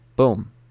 Boom